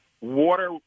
water